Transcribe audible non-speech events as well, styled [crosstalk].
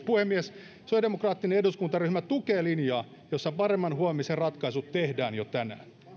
[unintelligible] puhemies sosiaalidemokraattinen eduskuntaryhmä tukee linjaa jossa paremman huomisen ratkaisut tehdään jo tänään